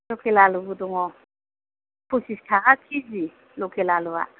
लकेल आलुबो दङ फसिस थाखा केजि लकेल आलुआ